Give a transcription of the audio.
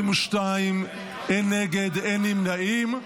22, אין נגד, אין נמנעים.